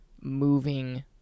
moving